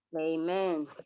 Amen